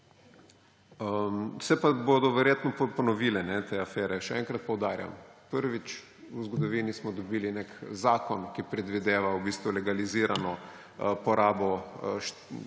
Se pa bodo verjetno ponovile te afere. Še enkrat poudarjam, prvič v zgodovini smo dobili nek zakon, ki predvideva v bistvu legalizirano porabo 780